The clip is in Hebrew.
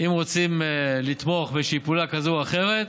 אם רוצים לתמוך באיזושהי פעולה כזו או אחרת,